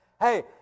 Hey